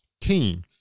team